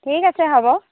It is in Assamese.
ঠিক আছে হ'ব